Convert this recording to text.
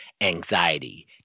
anxiety